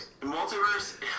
multiverse